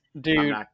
Dude